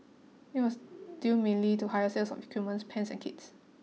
it was due mainly to higher sales of equipment pans and kits